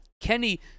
Kenny